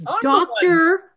doctor